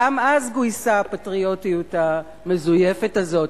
גם אז גויסה הפטריוטיות המזויפת הזאת,